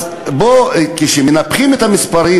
אז כשמנפחים את המספרים